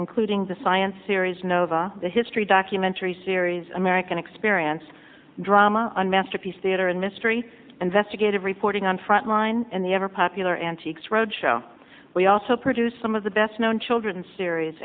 including the science series nova the history documentary series american experience drama on masterpiece theater and mystery investigative reporting on frontline and the ever popular antiques road show we also produced some of the best known children's series